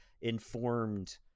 informed